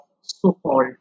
so-called